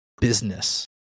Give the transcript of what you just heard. business